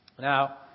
Now